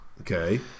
Okay